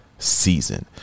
season